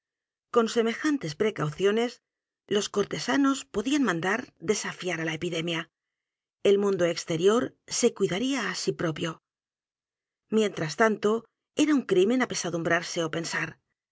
con semejantes precauciones los cortesanos podían mandar desafiar á la epidemia el mundo del exterior se cuidaría á sí propio mientras tanto era un crimen apesadumbrarse ó pensar